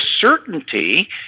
certainty